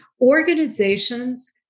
organizations